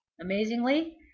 Amazingly